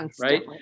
right